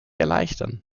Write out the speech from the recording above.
erleichtern